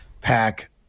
Pack